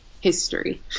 history